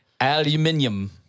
Aluminium